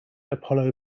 apollo